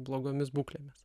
blogomis būklėmis